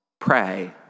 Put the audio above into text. pray